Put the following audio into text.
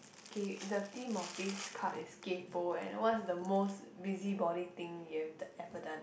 K the theme of this card is kaypo and what's the most busybody thing you have done ever done